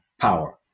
power